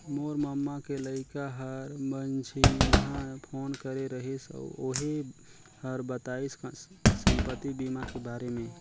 मोर ममा के लइका हर मंझिन्हा फोन करे रहिस अउ ओही हर बताइस संपति बीमा के बारे मे